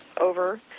over